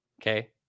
Okay